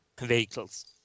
vehicles